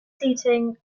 seating